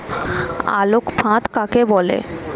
আলোক ফাঁদ কাকে বলে?